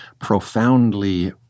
profoundly